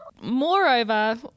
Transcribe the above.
Moreover